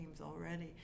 already